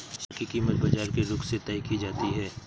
share की कीमत बाजार के रुख से तय की जाती है